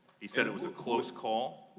he said it was a close call.